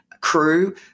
crew